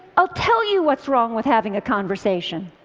i'll tell you what's wrong with having a conversation.